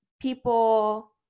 people